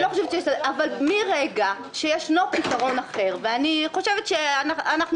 אבל מרגע שיש פתרון אחר ואני חושבת שאנחנו